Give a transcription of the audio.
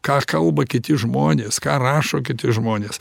ką kalba kiti žmonės ką rašo kiti žmonės